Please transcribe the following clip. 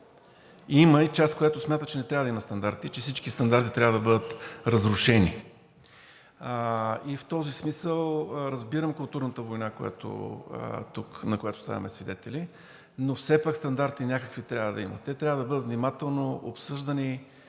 Има и част, която смята, че не трябва да има стандарти и че всички стандарти трябва да бъдат разрушени. И в този смисъл разбирам културната война, на която тук ставаме свидетели, но все пак някакви стандарти трябва да има. Те трябва да бъдат внимателно обсъждани,